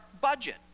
budget